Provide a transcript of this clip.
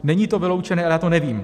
Není to vyloučené, ale já to nevím.